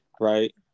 right